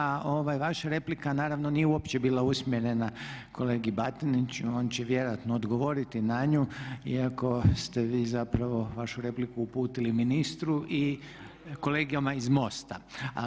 A vaša replika naravno nije uopće bila usmjerena kolegi Batiniću, on će vjerojatno odgovoriti na nju iako ste vi zapravo vašu repliku uputili ministru i kolegama iz MOST-a.